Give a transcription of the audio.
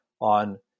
on